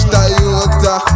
Toyota